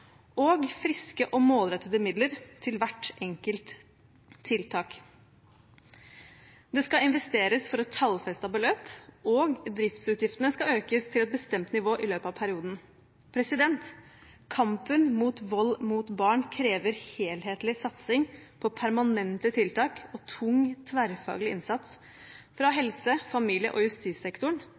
og friske og målrettede midler til hvert enkelt tiltak. Det skal investeres for et tallfestet beløp, og driftsutgiftene skal økes til et bestemt nivå i løpet av perioden. Kampen mot vold mot barn krever helhetlig satsing på permanente tiltak og tung, tverrfaglig innsats fra helse-, familie- og justissektoren,